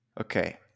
Okay